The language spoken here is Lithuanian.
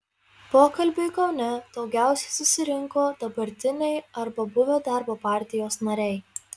pokalbiui kaune daugiausiai susirinko dabartiniai arba buvę darbo partijos nariai